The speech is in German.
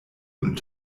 und